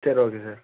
சரி okay sir